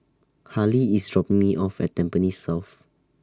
Hali IS dropping Me off At Tampines South